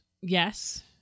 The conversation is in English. Yes